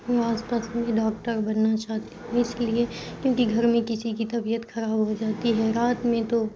آس پاس میں ڈاکٹر بننا چاہتی اس لیے کیونکہ گھر میں کسی کی طبیعت خراب ہو جاتی ہے رات میں تو